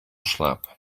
slaap